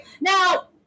now